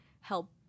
help